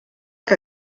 que